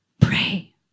pray